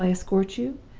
shall i escort you?